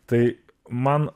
tai man